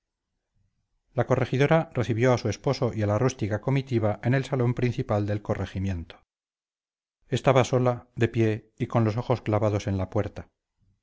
la corregidora recibió a su esposo y a la rústica comitiva en el salón principal del corregimiento estaba sola de pie y con los ojos clavados en la puerta